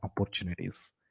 opportunities